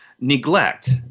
Neglect